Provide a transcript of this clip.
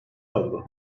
avro